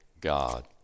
God